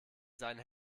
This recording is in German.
seinen